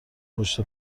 پشت